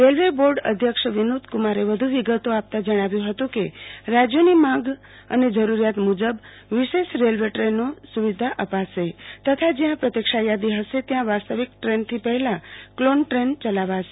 railway board અધ્યક્ષ વિનોદ કુમારે વધુ વિગતો આપતા જણાવ્યુ હતું કે રાજયોની માંગ અને જરૂરીયાત મુજબ વિશેષ રેલ્વે સુવિધા અપાશેતથા જયાં પ્રતિક્ષાયાદી હશે ત્યાં વાસ્તવિક દ્રેનથી પહેલા કલોનદ્રેન ચલાવાશે